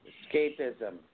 Escapism